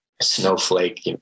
Snowflake